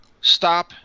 stop